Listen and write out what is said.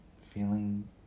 feeling